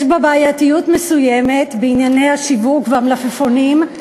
יש בה בעייתיות מסוימת בענייני השיווק והמלפפונים.